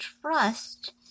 trust